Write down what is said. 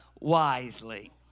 wisely